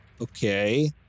Okay